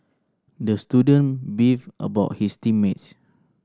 the student beefed about his team mates